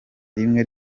rimwe